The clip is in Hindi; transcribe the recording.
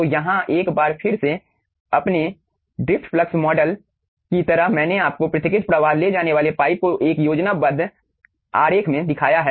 तो यहाँ एक बार फिर से अपने ड्रिफ्ट फ्लक्स मॉडल की तरह मैंने आपको पृथक्कृत प्रवाह ले जाने वाले पाइप का एक योजनाबद्ध आरेख दिखाया है